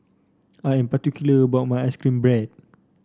I am particular about my ice cream bread